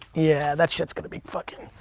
yeah that shit's gonna be fucking.